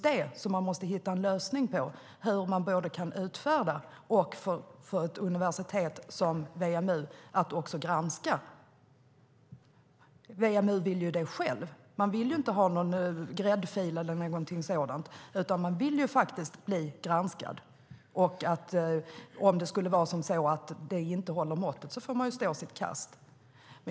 Det man måste hitta en lösning på är hur man ska kunna både utfärda examenstillstånd för ett universitet som WMU och också granska det. WMU vill detta själv. Man vill inte ha någon gräddfil eller något sådant, utan vill bli granskad. Om det skulle vara så att det inte håller måttet får man stå sitt kast.